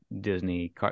Disney